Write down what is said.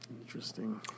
Interesting